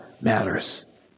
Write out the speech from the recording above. matters